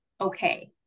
okay